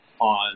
on